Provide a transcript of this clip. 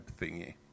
thingy